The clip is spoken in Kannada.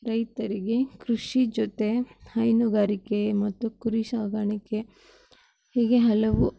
ರೈತರಿಗೆ ಕೃಷಿ ಜೊತೆ ಹೈನುಗಾರಿಕೆ ಮತ್ತು ಕುರಿ ಸಾಗಾಣಿಕೆ ಹೀಗೆ ಹಲವು